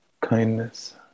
kindness